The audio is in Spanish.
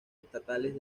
estatales